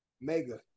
Mega